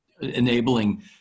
enabling